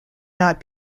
not